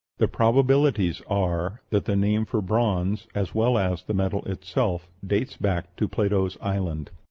the probabilities are that the name for bronze, as well as the metal itself, dates back to plato's island.